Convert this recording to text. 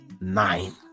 nine